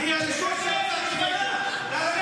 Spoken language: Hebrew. תגנה